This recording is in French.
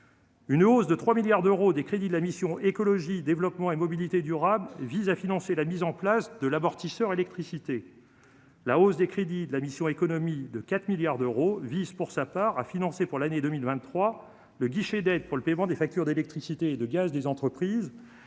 Une hausse de 3 milliards d'euros, des crédits de la mission Écologie développement et mobilités durables vise à financer la mise en place de l'amortisseur électricité la hausse des crédits de la mission Économie de 4 milliards d'euros vise pour sa part à financer pour l'année 2023 le guichet d'aide pour le paiement des factures d'électricité et de gaz, des entreprises